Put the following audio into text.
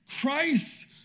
Christ